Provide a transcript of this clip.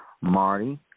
Marty